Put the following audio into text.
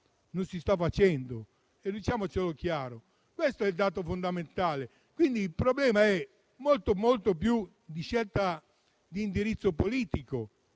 non si sta facendo, diciamocelo chiaro: questo è il dato fondamentale. Quindi, il problema è molto più di scelta di indirizzo politico.